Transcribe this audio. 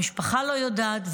המשפחה לא יודעת,